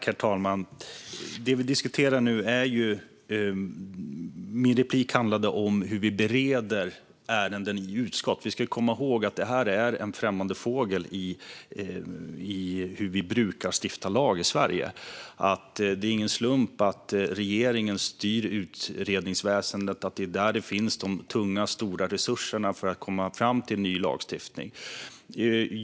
Herr talman! Min replik handlade om hur vi bereder ärenden i utskott. Vi ska komma ihåg att detta är en främmande fågel när det gäller hur vi brukar stifta lag i Sverige. Det är ingen slump att regeringen styr utredningsväsendet och att det är där de stora tunga resurserna finns för att komma fram till ny lagstiftning.